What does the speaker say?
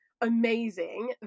Amazing